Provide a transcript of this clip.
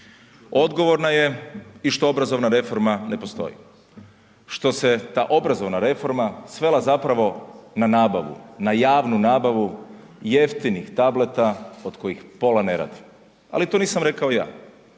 Odgovorna je i što obrazovna reforma ne postoji, što se ta obrazovna reforma svela zapravo na nabavu, na javnu nabavu jeftinih tableta od kojih pola ne radi, ali to nisam rekao ja.